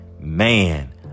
Man